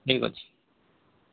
ଠିକ୍ ଅଛି